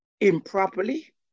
improperly